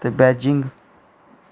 ते बीजिंग